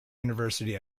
university